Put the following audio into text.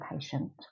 patient